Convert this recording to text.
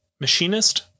Machinist